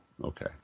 okay